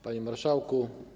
Panie Marszałku!